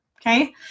Okay